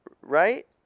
Right